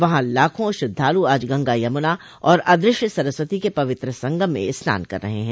वहां लाखों श्रद्धालु आज गंगा यमुना और अदृश्य सरस्वती के पवित्र संगम में स्नान कर रहे हैं